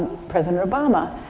president obama.